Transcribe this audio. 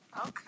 Okay